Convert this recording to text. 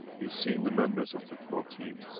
you've seen the members of the core team,